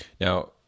Now